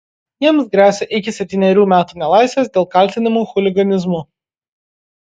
jiems gresia iki septynerių metų nelaisvės dėl kaltinimų chuliganizmu